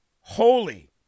Holy